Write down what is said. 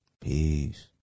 Peace